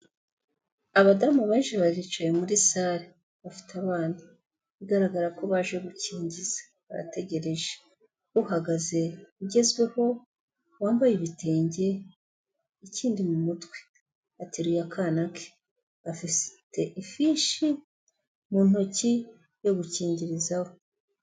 Abadamu benshi baricaye muri salle bafite abana bigaragara ko baje gukingiza barategereje, uhagaze ugezweho wambaye ibitenge ikindi mu mutwe, ateruye akana ke, bafite ifishi mu ntoki yo gukingirizaho.